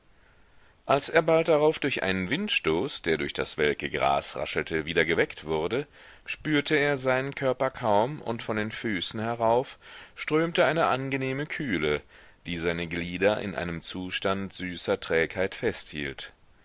als er bald darauf durch einen windstoß der durch das welke gras raschelte wieder geweckt wurde spürte er seinen körper kaum und von den füßen herauf strömte eine angenehme kühle die seine glieder in einem zustand süßer trägheit festhielt